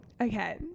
Okay